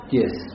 yes